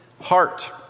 heart